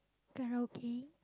karaoke